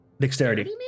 Dexterity